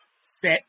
set